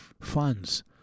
funds